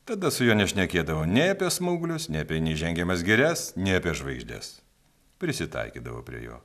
tada su juo nešnekėdavau nei apie smauglius nei apie neįžengiamas girias nei apie žvaigždes prisitaikydavau prie jo